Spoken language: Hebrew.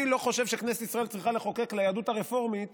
אני לא חושב שכנסת ישראל צריכה לחוקק ליהדות הרפורמית